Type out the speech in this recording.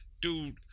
Dude